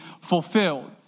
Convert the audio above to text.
fulfilled